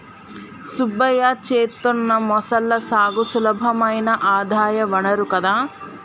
సుబ్బయ్య చేత్తున్న మొసళ్ల సాగు సులభమైన ఆదాయ వనరు కదా